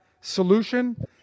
solution